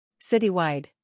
Citywide